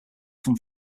from